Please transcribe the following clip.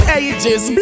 ages